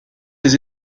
les